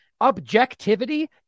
objectivity